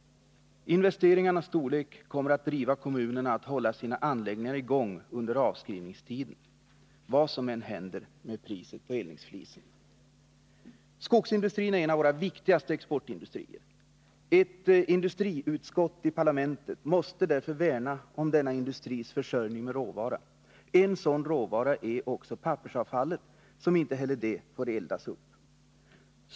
Investeringarnas storlek kommer att driva kommunerna att hålla sina anläggningar i gång under avskrivningstiden, vad som än händer med priset på eldningsflis. Skogsindustrin är en av våra viktigaste exportindustrier. Ett industriutskott i parlamentet måste därför värna om denna industris försörjning med råvara. En sådan råvara är pappersavfall, som inte heller det får eldas upp.